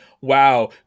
wow